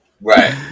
Right